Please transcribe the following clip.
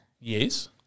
Yes